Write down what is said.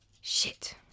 Shit